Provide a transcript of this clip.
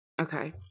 Okay